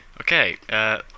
okay